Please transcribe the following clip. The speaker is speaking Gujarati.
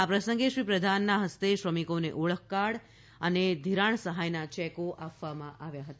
આ પ્રસંગે શ્રીપ્રધાનના હસ્તે શ્રમિકોને ઓળખકાર્ડ તથા ધિરાણ સહાયના ચેકો આપવામાં આવ્યા હતા